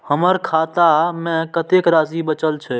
हमर खाता में कतेक राशि बचल छे?